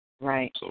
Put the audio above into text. Right